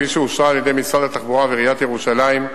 כפי שאושרה על-ידי משרד התחבורה ועיריית ירושלים,